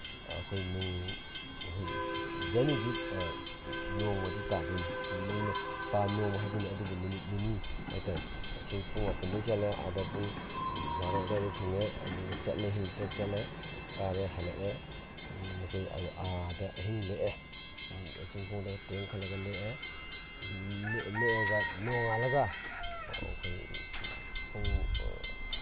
ꯑꯩꯈꯣꯏ ꯖꯔꯅꯤꯗꯤ ꯅꯣꯡꯃꯗꯤ ꯇꯥꯗꯣꯏꯅꯤ ꯅꯣꯡꯃ ꯍꯥꯏꯗꯣꯏꯅꯤ ꯑꯗꯨꯕꯨ ꯅꯨꯃꯤꯠ ꯅꯤꯅꯤ ꯍꯥꯏ ꯇꯥꯔꯦ ꯉꯁꯤ ꯄꯨꯡ ꯃꯥꯄꯟꯗꯒꯤ ꯆꯠꯂꯦ ꯑꯥꯗ ꯄꯨꯡ ꯕꯥꯔꯣ ꯑꯗꯥꯏꯗ ꯊꯨꯡꯉꯦ ꯑꯗꯨ ꯆꯠꯂꯦ ꯍꯤꯜ ꯇ꯭ꯔꯦꯛ ꯆꯠꯂꯦ ꯀꯥꯔꯦ ꯍꯜꯂꯛꯑꯦ ꯑꯩꯈꯣꯏ ꯑꯥꯗ ꯑꯍꯤꯡ ꯂꯦꯛꯑꯦ ꯆꯤꯡꯒꯣꯡꯗ ꯇꯦꯡ ꯈꯜꯂꯒ ꯂꯦꯛꯑꯦ ꯑꯗꯒꯤ ꯂꯦꯛꯑꯒ ꯅꯣꯡꯉꯥꯜꯂꯒ ꯑꯩꯈꯣꯏ ꯄꯨꯡ